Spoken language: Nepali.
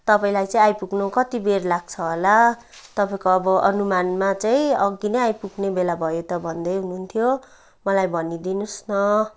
तपाईँलाई चाहिँ आइपुग्नु कति बेर लाग्छ होला तपाईँको अब अनुमानमा चाहिँ अघि नै आइपुग्ने बेला भयो त भन्दै हुनुहुन्थ्यो मलाई भनिदिनुहोस् न